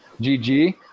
gg